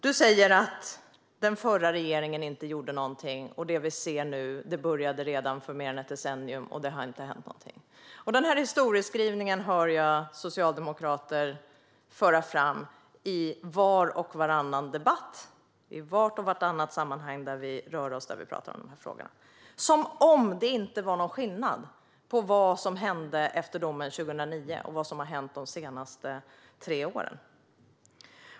Du säger att den förra regeringen inte gjorde något och att det vi ser nu redan började för mer än ett decennium sedan. Den historieskrivningen hör jag socialdemokrater föra fram i var och varannan debatt i de sammanhang där vi talar om de här frågorna. Man får det att låta som om det inte var någon skillnad mellan vad som hände efter domen 2009 och vad som har hänt de senaste tre åren.